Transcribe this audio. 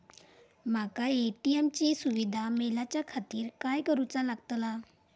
माका ए.टी.एम ची सुविधा मेलाच्याखातिर काय करूचा लागतला?